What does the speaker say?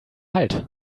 halt